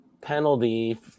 penalty